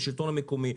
אל השלטון המקומי.